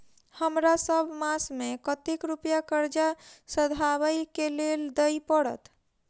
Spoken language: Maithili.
हमरा सब मास मे कतेक रुपया कर्जा सधाबई केँ लेल दइ पड़त?